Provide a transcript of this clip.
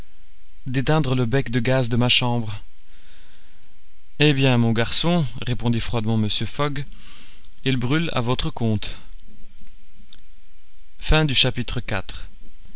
d'éteindre le bec de gaz de ma chambre eh bien mon garçon répondit froidement mr fogg il brûle à votre compte